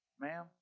ma'am